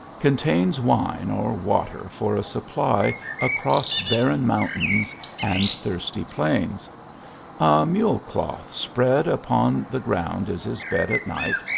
contains wine or water for a supply across barren mountains and thirsty plains a mule cloth spread upon the ground is his bed at night,